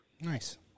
Nice